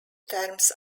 terms